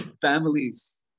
families